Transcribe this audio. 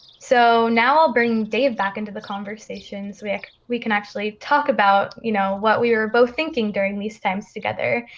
so now i'll bring dave back into the conversation so like we can actually talk about, you know, what we were both thinking during these times together.